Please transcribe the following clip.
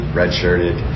red-shirted